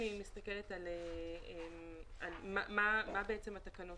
מה אומרות התקנות.